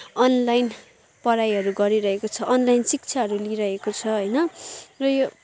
online पढाइहरू गरिरहेको छ अनलाइन शिक्षाहरू लिइरहेको छ होइन र यो